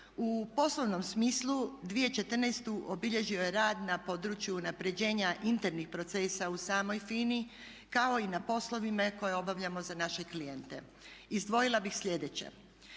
U poslovnom smislu 2014. obilježio je rad na području unapređenja internih procesa u samoj FINA-i kao i na poslovima koje obavljamo za naše klijente. Izdvojila bih sljedeće,